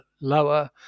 lower